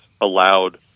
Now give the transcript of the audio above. allowed